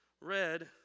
red